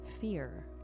fear